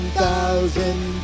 thousand